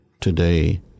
Today